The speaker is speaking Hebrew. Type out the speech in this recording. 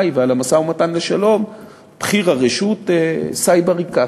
ועל המשא-ומתן לשלום בכיר הרשות סאיב עריקאת.